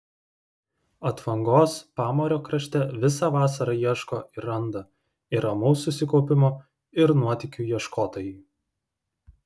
atvangos pamario krašte visą vasarą ieško ir randa ir ramaus susikaupimo ir nuotykių ieškotojai